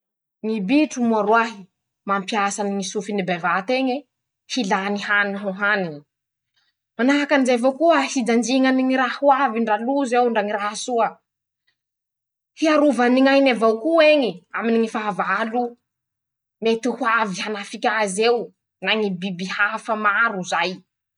Ñy bitro moa roahe. mampiasa ñy sofiny bevat'eñe. hilany hany ho haniny. Manahaky anizay avao koa. hijanjiñany ñy raha ho avy. ndra loz'eo ndra ñy raha soa ;hiarovany ñ'ainy avao ko'eñy aminy ñy fahavalo mety ho avy hanafiky azy eo na ñy biby hafa maro zay.